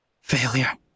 Failure